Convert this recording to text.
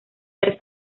ser